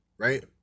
Right